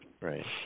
Right